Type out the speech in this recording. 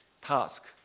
task